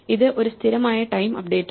ഇത് ഒരു സ്ഥിരമായ ടൈം അപ്ഡേറ്റാണ്